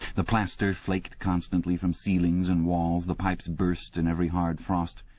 the plaster flaked constantly from ceilings and walls, the pipes burst in every hard frost,